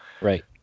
right